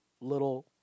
little